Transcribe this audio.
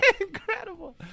Incredible